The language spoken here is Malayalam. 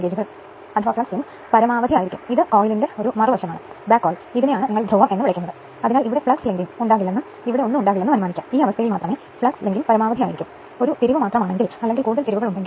8 പവർ ഫാക്ടറും x 1 ഉം ആണ് അതിനാൽ ഇത് ഇവിടെ കാണിച്ചിട്ടില്ല എന്നാൽ 1 കൊണ്ട് ഗുണിച്ചാൽ അവയെ ഒരേ മൂല്യത്താൽ വിഭജിച്ചിരിക്കുന്നു ഇരുമ്പ് നഷ്ടം ചെമ്പ് നഷ്ടം Wi W c